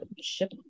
ship